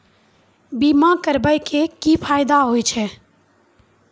बीमा करबै के की फायदा होय छै?